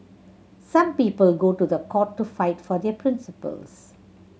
some people go to the court to fight for their principles